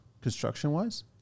construction-wise